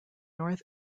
north